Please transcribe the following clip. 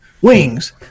Wings